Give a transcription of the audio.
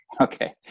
Okay